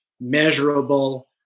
measurable